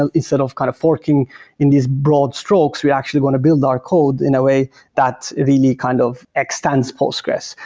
ah instead of kind of forking in these broad strokes. we're actually going to build our code in a way that really kind of extends postgres.